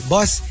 Boss